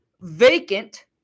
vacant